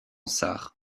sarre